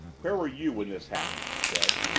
where were you when this happened? he said.